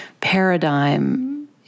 paradigm